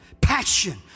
Passion